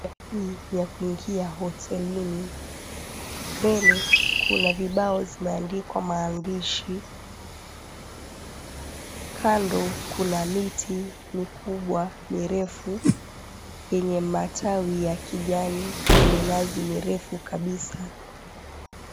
Ni ya kuingia hotelini. Mbele kuna vibao zimeandikwa maandishi. Kando kuna miti mikubwa mirefu yenye matawi ya kijani na minazi mirefu kabisa.